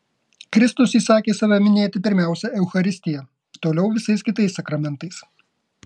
kristus įsakė save minėti pirmiausia eucharistija toliau visais kitais sakramentais